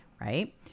right